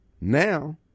now